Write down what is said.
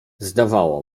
zdawało